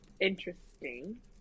interesting